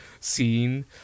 scene